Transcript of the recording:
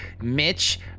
Mitch